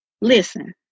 Listen